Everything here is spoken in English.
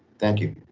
thank you.